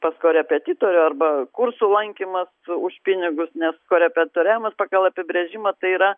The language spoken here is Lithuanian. pas korepetitorių arba kursų lankymas už pinigus nes korepetitoriavimas pagal apibrėžimą tai yra